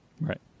Right